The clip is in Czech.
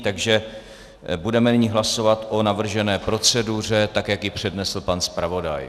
Takže budeme nyní hlasovat o navržené proceduře, tak jak ji přednesl pan zpravodaj.